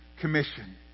Commission